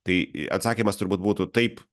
tai atsakymas turbūt būtų taip